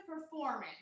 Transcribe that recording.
performance